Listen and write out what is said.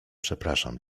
przepraszam